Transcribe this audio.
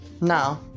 no